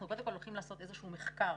אנחנו קודם כל הולכים לעשות איזשהו מחקר